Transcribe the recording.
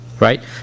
Right